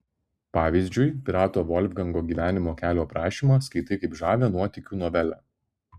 pavyzdžiui pirato volfgango gyvenimo kelio aprašymą skaitai kaip žavią nuotykių novelę